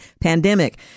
pandemic